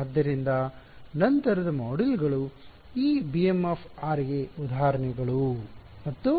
ಆದ್ದರಿಂದ ನಂತರದ ಮಾಡ್ಯೂಲ್ಗಳು ಈ bm ಗೆ ಉದಾಹರಣೆಗಳು ಮತ್ತು